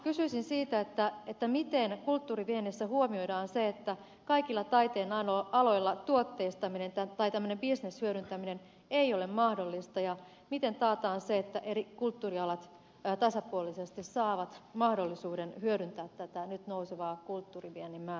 kysyisin siitä miten kulttuuriviennissä huomioidaan se että kaikilla taiteen aloilla tämmöinen bisneshyödyntäminen ei ole mahdollista ja miten taataan se että eri kulttuurialat tasapuolisesti saavat mahdollisuuden hyödyntää tätä nyt nousevaa kulttuuriviennin määrärahaa